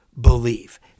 believe